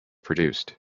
produced